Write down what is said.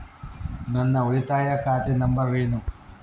ನನ್ನ ಉಳಿತಾಯ ಖಾತೆ ನಂಬರ್ ಏನು?